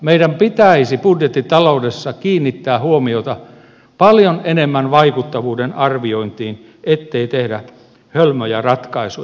meidän pitäisi budjettitaloudessa kiinnittää huomiota paljon enemmän vaikuttavuuden arviointiin ettei tehdä hölmöjä ratkaisuja